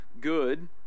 good